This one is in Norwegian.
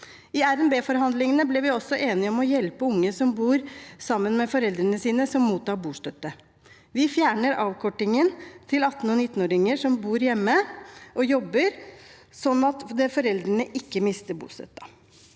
nasjonalbudsjett-forhandlingene ble vi også enige om å hjelpe unge som bor sammen med foreldre som mottar bostøtte. Vi fjerner avkortingen til 18og 19-åringer som bor hjemme og jobber, slik at foreldrene ikke mister bostøtten.